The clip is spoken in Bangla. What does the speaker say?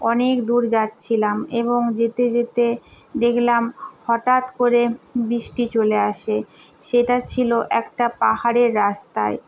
অনেক দূর যাচ্ছিলাম এবং যেতে যেতে দেখলাম হঠাৎ করে বৃষ্টি চলে আসে সেটা ছিল একটা পাহাড়ের রাস্তায়